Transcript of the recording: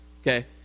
okay